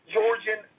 Georgian